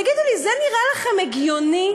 תגידו לי, זה נראה לכם הגיוני?